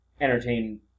entertain